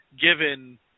given